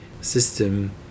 system